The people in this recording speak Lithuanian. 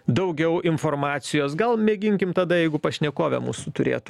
daugiau informacijos gal mėginkim tada jeigu pašnekovė mūsų turėtų